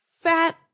fat